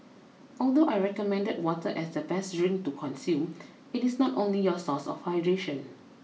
although I recommended water as the best drink to consume it is not only your source of hydration